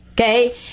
Okay